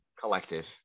Collective